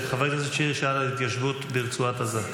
חבר הכנסת שירי שאל על התיישבות ברצועת עזה.